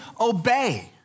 obey